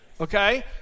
Okay